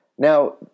Now